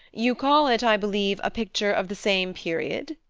you call it, i believe, a picture of the same period?